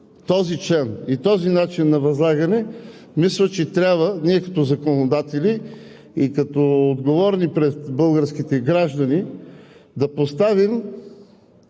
този член и този начин на възлагане, мисля, че трябва ние, като законодатели и като отговорни пред българските граждани, да поставим